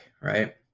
right